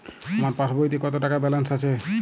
আমার পাসবইতে কত টাকা ব্যালান্স আছে?